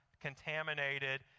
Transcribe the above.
contaminated